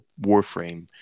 Warframe